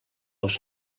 els